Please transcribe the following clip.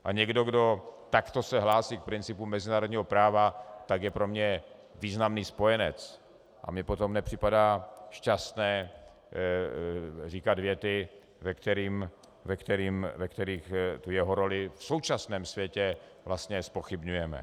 A někdo, kdo takto se hlásí k principům mezinárodního práva, tak je pro mě významný spojenec a mně potom nepřipadá šťastné říkat věty, ve kterých jeho roli v současném světě vlastně zpochybňujeme.